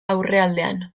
aurrealdean